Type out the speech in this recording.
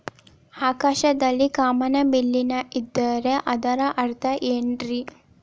ಆಕಾಶದಲ್ಲಿ ಕಾಮನಬಿಲ್ಲಿನ ಇದ್ದರೆ ಅದರ ಅರ್ಥ ಏನ್ ರಿ?